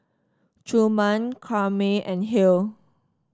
Truman Karyme and Hale